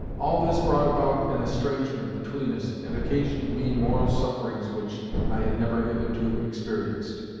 all this brought about an estrangement between us and occasioned me moral sufferings which i had never hitherto experienced.